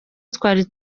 twari